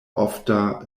ofta